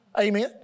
Amen